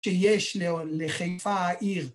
‫שיש לחיפה העיר.